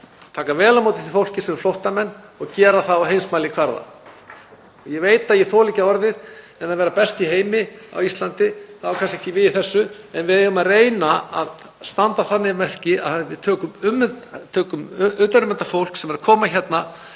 taka vel á móti því fólki sem er flóttamenn og gera það á heimsmælikvarða. Ég þoli ekki orðalagið að vera best í heimi á Íslandi, og það á kannski ekki við í þessu, en við eigum að reyna að standa þannig að verki að við tökum utan um þetta fólk sem er að koma hérna,